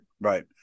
Right